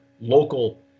local